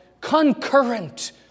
concurrent